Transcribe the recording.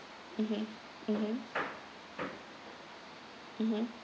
mmhmm mmhmm mmhmm